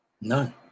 None